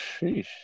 Sheesh